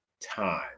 time